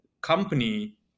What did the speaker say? company